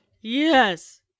Yes